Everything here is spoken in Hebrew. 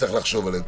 צריך לחשוב עליהם.